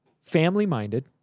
family-minded